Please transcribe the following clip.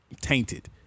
tainted